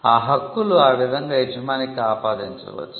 ఆ హక్కులు ఆ విధంగా యజమానికి ఆపాదించవచ్చు